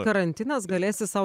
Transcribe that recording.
karantinas galėsi sau